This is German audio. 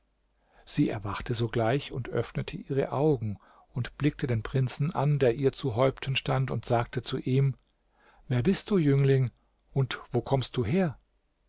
sie erwachte sogleich und öffnete ihre augen und blicke den prinzen an der ihr zu häupten stand und sagte zu ihm wer bist du jüngling und wo kommst du her